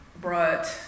brought